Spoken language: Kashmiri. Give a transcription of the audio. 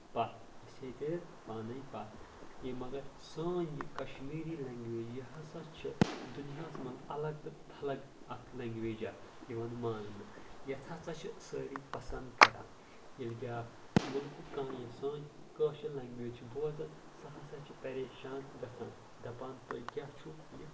پتھ أسۍ ہیتھۍ اتٮ۪تھ پانے پتھ یہِ مگر سٲنۍ یہِ کشمیٖری لینگویج یہِ ہسا چھِ دُنیاہس منٛز الگ تہٕ تھلگ اکھ لینگویجا یِوان ماننہٕ یتھ ہسا چھِ سٲری پسنٛد کران ییٚلہِ بیٛاکھ مُلکُک کانٛہہ یہِ سٲنۍ کٲشِر لینگویج چھُ بوزان سُہ ہسا چھُ پریشان گژھان دپان تُہۍ کیٛاہ چھُو یہِ